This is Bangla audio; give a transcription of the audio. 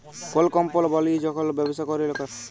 কল কম্পলি বলিয়ে যখল ব্যবসা ক্যরে লকরা